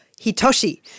Hitoshi